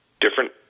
different